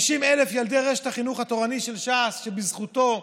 50,000 ילדי רשת החינוך התורני של ש"ס שבזכותו,